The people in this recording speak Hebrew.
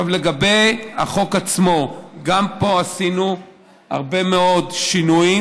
לגבי החוק עצמו, גם פה עשינו הרבה מאוד שינויים.